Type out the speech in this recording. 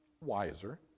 wiser